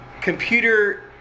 computer